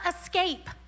escape